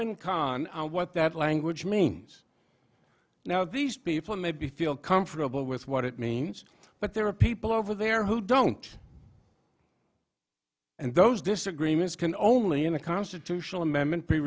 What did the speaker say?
and con what that language means now these people maybe feel comfortable with what it means but there are people over there who don't and those disagreements can only in a constitutional amendment be